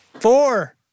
Four